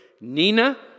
Nina